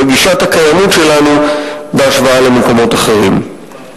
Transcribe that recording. בגישת הקיימות שלנו בהשוואה למקומות אחרים.